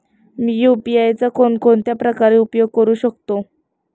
मी UPI चा कोणकोणत्या प्रकारे उपयोग करू शकतो?